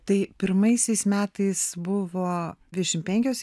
tai pirmaisiais metais buvo dvidešim penkios